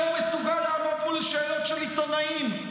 שלא מסוגל לעמוד מול שאלות של עיתונאים.